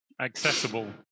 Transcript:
Accessible